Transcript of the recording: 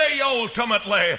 ultimately